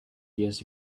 years